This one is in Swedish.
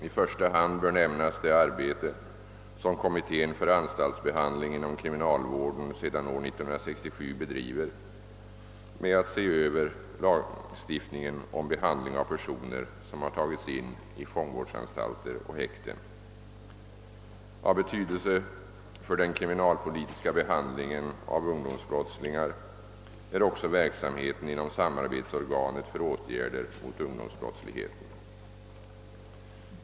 I första hand bör nämnas det arbete som kommittén för anstaltsbehandling inom kriminalvården sedan år 1967 bedriver med att se över lagstiftningen om behandlingen av personer som har tagits in i fångvårdsanstalter och häkten. Av betydelse för den kriminalpolitiska behandlingen av ungdomsbrottslingar är också verksamheten inom samarbetsorganet för åtgärder mot ungdomsbrottsligheten.